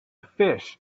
fish